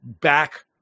back